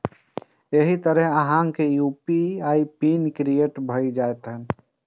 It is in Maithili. एहि तरहें अहांक यू.पी.आई पिन क्रिएट भए जाएत